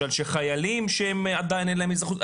חיילים שעדיין אין להם אזרחות.